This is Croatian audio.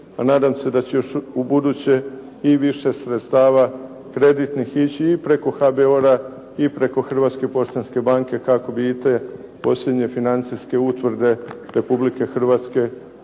a nadam se da će još ubuduće i više sredstava kreditnih ići i preko HBOR-a i preko Hrvatske poštanske banke kako bi i te posljednje financijske utvrde Republike Hrvatske